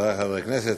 חברי חברי הכנסת,